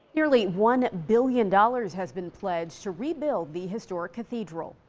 nearly one billion dollars has been pledged to rebuild the historic cathedral.